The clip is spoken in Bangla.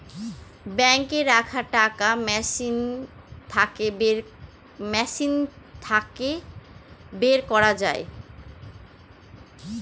বাঙ্কে রাখা টাকা মেশিন থাকে বের করা যায়